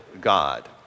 God